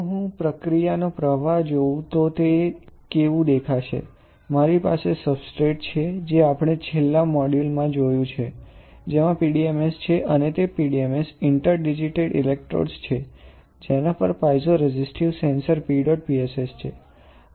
જો હું પ્રક્રિયાનો પ્રવાહ જોઉં તો તે કેવુ દેખાશે મારી પાસે સબસ્ટ્રેટ છે જે આપણે છેલ્લા મોડ્યુલ માં જોયું છે જેમાં PDMS છે અને તે PDMS ઇન્ટરડિગિટેટ ઇલેક્ટ્રોડ્સ છે જેના પર પાઇઝોરેઝિસ્ટીવ સેન્સર PEDOT PSS છે